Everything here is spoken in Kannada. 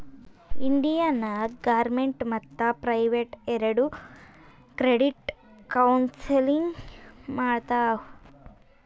ಇಂಡಿಯಾ ನಾಗ್ ಗೌರ್ಮೆಂಟ್ ಮತ್ತ ಪ್ರೈವೇಟ್ ಎರೆಡು ಕ್ರೆಡಿಟ್ ಕೌನ್ಸಲಿಂಗ್ ಮಾಡ್ತಾವ್